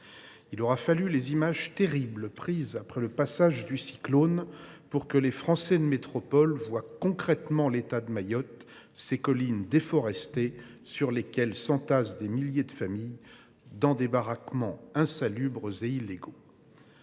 Il aura fallu les images terribles prises après le passage du cyclone Chido pour que les Français de métropole voient concrètement l’état de Mayotte, ses collines déforestées où des milliers de familles s’entassent dans des baraquements insalubres et illégaux.